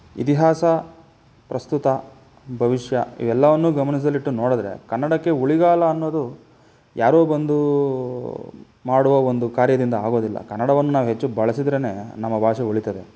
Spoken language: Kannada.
ಇತಿಹಾಸ ಪ್ರಸ್ತುತ ಭವಿಷ್ಯ ಇವೆಲ್ಲವನ್ನೂ ಗಮನದಲ್ಲಿಟ್ಟು ನೋಡಿದ್ರೆ ಕನ್ನಡಕ್ಕೆ ಉಳಿಗಾಲ ಅನ್ನೋದು ಯಾರೋ ಬಂದು ಮಾಡುವ ಒಂದು ಕಾರ್ಯದಿಂದ ಆಗೋದಿಲ್ಲ ಕನ್ನಡವನ್ನು ನಾವು ಹೆಚ್ಚು ಬಳಸಿದ್ರೇ ನಮ್ಮ ಭಾಷೆ ಉಳಿತದೆ